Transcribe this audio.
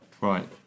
Right